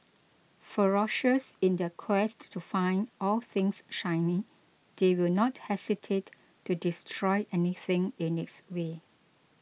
ferocious in their quest to find all things shiny they will not hesitate to destroy anything in its way